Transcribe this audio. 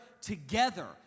together